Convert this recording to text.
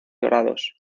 dorados